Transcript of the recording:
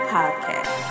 Podcast